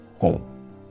home